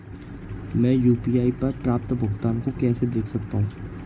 मैं यू.पी.आई पर प्राप्त भुगतान को कैसे देख सकता हूं?